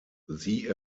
sie